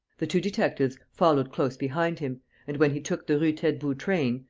the two detectives followed close behind him and, when he took the rue-taitbout train,